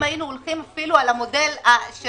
אם היינו הולכים אפילו על המודל של